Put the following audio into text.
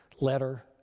letter